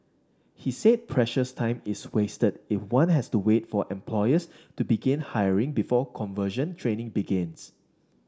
he said precious time is wasted if one has to wait for employers to begin hiring before conversion training begins